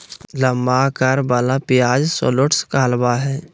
लंबा अकार वला प्याज शलोट्स कहलावय हय